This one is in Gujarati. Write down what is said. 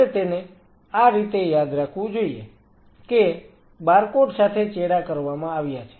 તમારે તેને આ રીતે યાદ રાખવું જોઈએ કે બારકોડ સાથે ચેડા કરવામાં આવ્યા છે